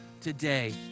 today